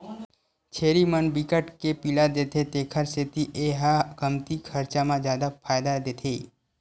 छेरी मन बिकट के पिला देथे तेखर सेती ए ह कमती खरचा म जादा फायदा देथे